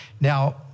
Now